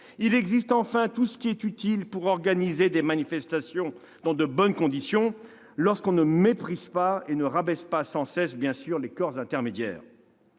Il existe enfin tout ce qui est utile pour organiser des manifestations dans de bonnes conditions, lorsque l'on ne méprise pas et ne rabaisse pas sans cesse, bien sûr, les corps intermédiaires.